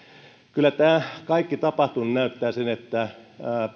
kyllä tämä kaikki tapahtunut näyttää sen että